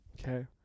Okay